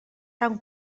tan